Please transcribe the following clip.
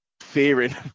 fearing